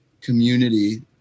community